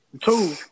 Two